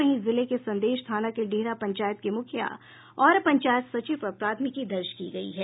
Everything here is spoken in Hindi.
वहीं जिले के संदेश थाना के डीहरा पंचायत के मुखिया और पंचायत सचिव पर प्राथमिकी दर्ज की गयी है